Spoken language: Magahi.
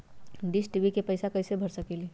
डिस टी.वी के पैईसा कईसे भर सकली?